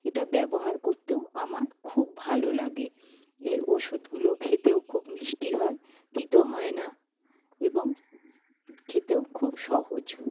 এটা ব্যবহার করতেও আমার খুব ভালো লাগে এর ওষুধগুলো খেতেও খুব মিষ্টি হয় তিতো হয় না এবং খেতেও খুব সহজ